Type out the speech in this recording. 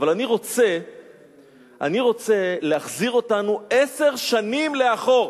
אבל אני רוצה להחזיר אותנו עשר שנים לאחור,